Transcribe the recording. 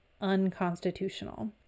unconstitutional